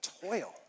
toil